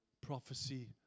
prophecy